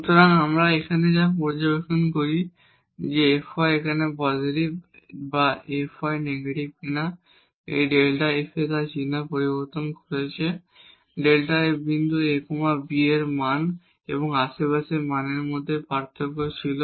সুতরাং আমরা এখানে যা পর্যবেক্ষণ করি যে fy এখানে পজিটিভ বা fy নেগেটিভ কিনা এই Δ f তার চিহ্ন পরিবর্তন করছে Δ f বিন্দু a b এর মান এবং আশেপাশের মানের মধ্যে পার্থক্য ছিল